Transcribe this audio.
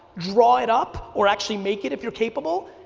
draw it up, or actually make it if you're capable,